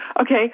okay